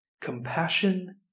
Compassion